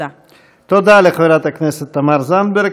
תודה לחברת הכנסת תמר זנדברג.